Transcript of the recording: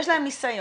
יש להן ניסיון,